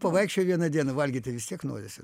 pavaikščiojo vieną dieną valgyt tai vis tiek norisi